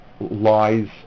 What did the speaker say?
lies